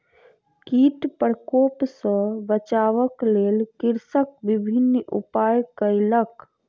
कीट प्रकोप सॅ बचाबक लेल कृषक विभिन्न उपाय कयलक